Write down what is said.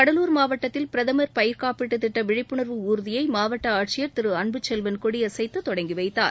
கடலூர் மாவட்டத்தில் பிரதமர் பயிர் காப்பீட்டு திட்ட விழிப்புணர்வு ஊர்தியை மாவட்ட ஆட்சியர் திரு அன்புச்செல்வன் கொடியசைத்து தொடங்கி வைத்தார்